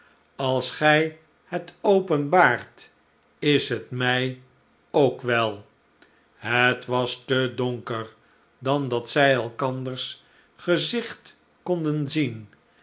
als gij het openbaart is het mij ook wel het was te donker dan dat zij elkanders gezicht konden zien